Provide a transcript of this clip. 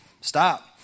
Stop